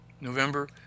November